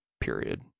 period